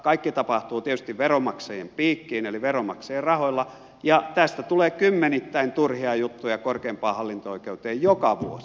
kaikki tapahtuu tietysti veronmaksajien piikkiin eli veronmaksajien rahoilla ja tästä tulee kymmenittäin turhia juttuja korkeimpaan hallinto oikeuteen joka vuosi